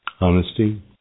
Honesty